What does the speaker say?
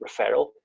referral